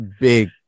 big